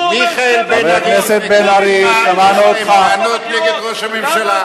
הוא אומר, מיכאל בן-ארי, טענות נגד ראש הממשלה.